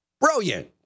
Brilliant